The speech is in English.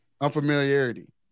unfamiliarity